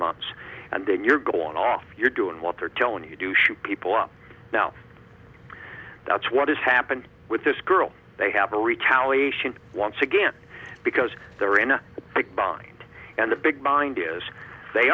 months and then you're going off you're doing what they're telling you do shoot people up now that's what has happened with this girl they have a retaliation once again because they're in a bind and a big mind is they